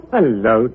Hello